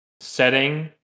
setting